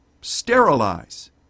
sterilize